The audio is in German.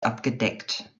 abgedeckt